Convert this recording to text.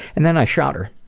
and then i shot her!